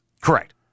Correct